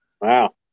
Wow